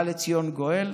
ובא לציון גואל.